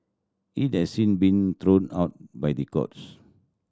it has sin been thrown out by the courts